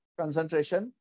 concentration